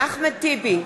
אחמד טיבי,